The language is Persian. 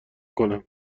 کنم